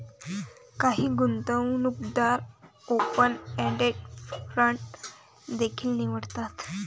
काही गुंतवणूकदार open ended fund देखील निवडतात